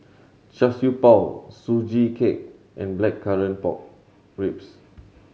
Char Siew Bao Sugee Cake and Blackcurrant Pork Ribs